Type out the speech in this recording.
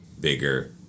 bigger